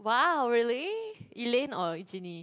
!wow! really Elaine or Genie